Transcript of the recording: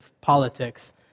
politics